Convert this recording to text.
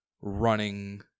running